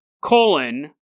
colon